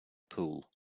pool